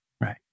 right